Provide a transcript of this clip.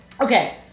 Okay